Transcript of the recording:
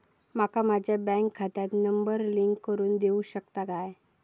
माका माझ्या बँक खात्याक नंबर लिंक करून देऊ शकता काय?